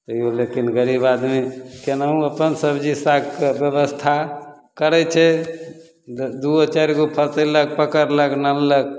तैओ लेकिन गरीब आदमी कोनाहु अपन सबजी सागके बेबस्था करै छै दुइओ चारिगो फसेलक पकड़लक आनलक